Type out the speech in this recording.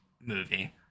movie